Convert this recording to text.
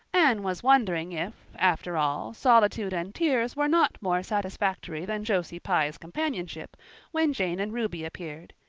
anne was wondering if, after all, solitude and tears were not more satisfactory than josie pye's companionship when jane and ruby appeared,